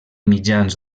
mitjans